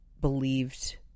believed